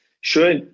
sure